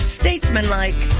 statesmanlike